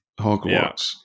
Hogwarts